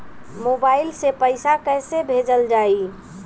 Mobile से पैसा कैसे भेजल जाइ?